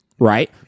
Right